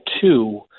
two